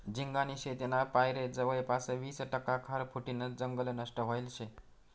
झिंगानी शेतीना पायरे जवयपास वीस टक्का खारफुटीनं जंगल नष्ट व्हयेल शे